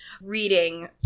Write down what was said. reading